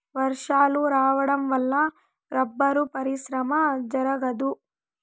వర్షాలు రావడం వల్ల రబ్బరు పరిశ్రమ జరగదు